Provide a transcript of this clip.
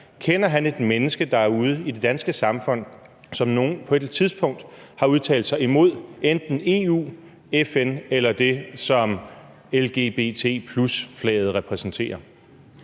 hjerte – et menneske derude i det danske samfund, som på et tidspunkt har udtalt sig imod enten EU, FN eller det, som lgbt+-flaget repræsenterer?